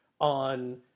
on